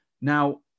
now